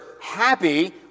happy